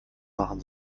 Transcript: machen